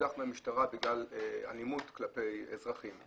שהודח מן המשטרה בגלל אלימות כלפי אזרחים,